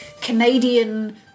Canadian